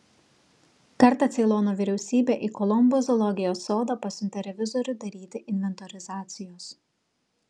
kartą ceilono vyriausybė į kolombo zoologijos sodą pasiuntė revizorių daryti inventorizacijos